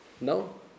No